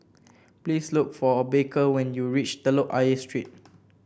please look for Baker when you reach Telok Ayer Street